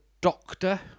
doctor